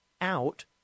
out